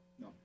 No